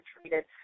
treated